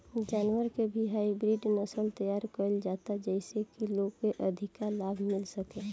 जानवर के भी हाईब्रिड नसल तैयार कईल जाता जेइसे की लोग के अधिका लाभ मिल सके